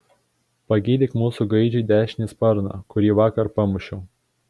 pagydyk mūsų gaidžiui dešinį sparną kurį vakar pamušiau